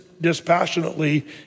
dispassionately